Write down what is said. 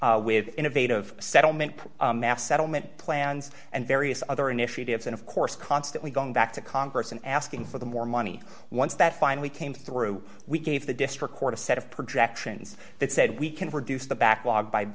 agency with innovative settlement mass settlement plans and various other initiatives and of course constantly going back to congress and asking for the more money once that finally came through we gave the district court a set of projections that said we can reduce the b